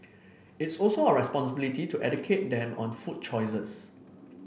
it's also our responsibility to educate them on food choices